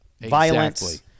violence